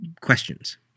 Questions